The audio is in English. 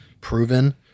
proven